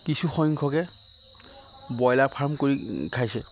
কিছু সংখ্যকে broiler farm কৰি খাইছে